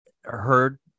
heard